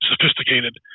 sophisticated